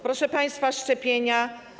Proszę państwa, szczepienia.